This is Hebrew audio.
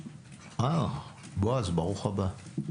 בועז, ברוך הבא.